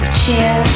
cheer